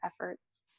efforts